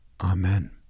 Amen